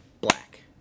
black